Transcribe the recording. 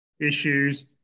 issues